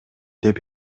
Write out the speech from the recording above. деп